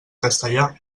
castellà